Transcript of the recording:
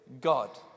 God